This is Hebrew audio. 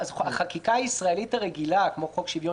החקיקה הישראלית הרגילה כמו חוק שוויון